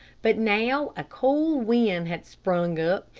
but now a cool wind had sprung up,